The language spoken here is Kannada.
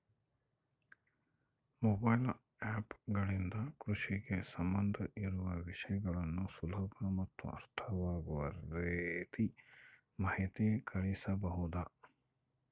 ಮೊಬೈಲ್ ಆ್ಯಪ್ ಗಳಿಂದ ಕೃಷಿಗೆ ಸಂಬಂಧ ಇರೊ ವಿಷಯಗಳನ್ನು ಸುಲಭ ಮತ್ತು ಅರ್ಥವಾಗುವ ರೇತಿ ಮಾಹಿತಿ ಕಳಿಸಬಹುದಾ?